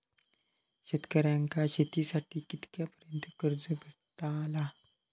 शेतकऱ्यांका शेतीसाठी कितक्या पर्यंत कर्ज भेटताला?